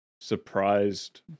surprised